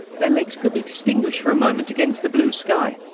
their legs could be distinguished for a moment against the blue sky.